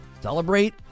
celebrate